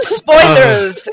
spoilers